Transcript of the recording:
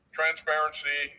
transparency